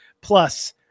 plus